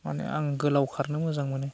माने आं गोलाव खारनो मोजां मोनो